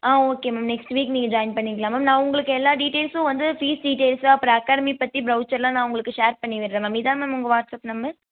ஆ okay ma'am next week நீங்கள் join பண்ணிக்கலாம் ma'am நான் உங்களுக்கு எல்லா டீடைல்ஸ்ஸும் வந்து ஃபீஸ் டீடைல்ஸ்ஸு அப்புறம் அகாடமி பற்றி ப்ரவுச்சரெல்லாம் நான் உங்களுக்கு ஷேர் பண்ணி விடுறேன் மேம் இதாக மேம் உங்கள் வாட்ஸ்அப் நம்பர்